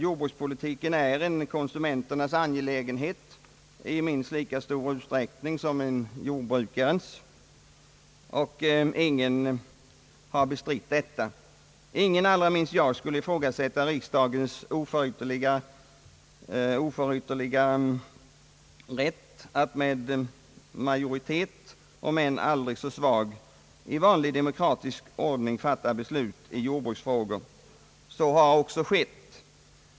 Jordbrukspolitiken är, förmenar han, en konsumenternas angelägenhet i minst lika stor utsträckning som en jordbrukarnas. Ingen har bestritt detta. Ingen, allra minst jag, skulle ifrågasätta riksdagens oförytterliga rätt att med majoritet, om än aldrig så svag, i vanlig demokratisk ordning fatta beslut i jordbruksfrågor. Så har också skett.